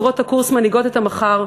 בוגרות הקורס "מנהיגות את המחר",